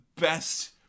best